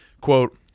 quote